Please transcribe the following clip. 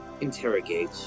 interrogate